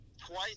Twice